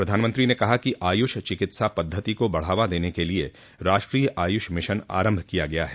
प्रधानमंत्री ने कहा कि आयुष चिकित्सा पद्धति को बढावा देने के लिए राष्ट्रीय आयुष मिशन आरंभ किया गया है